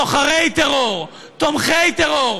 סוחרי טרור, תומכי טרור.